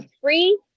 three